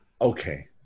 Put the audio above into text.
Okay